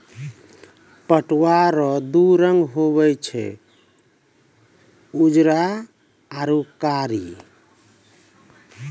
पटुआ रो दू रंग हुवे छै उजरा आरू कारी